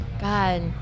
God